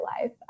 life